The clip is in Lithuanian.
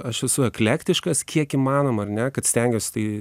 aš esu eklektiškas kiek įmanoma ar ne kad stengiuosi tai